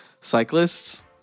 cyclists